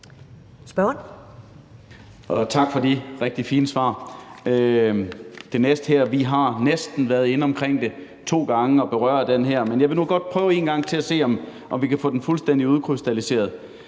Larsen (S): Tak for det rigtig fine svar. Det næste har vi været inde at berøre to gange, men jeg vil nu godt prøve en gang til for at se, om vi kan få det fuldstændig udkrystalliseret.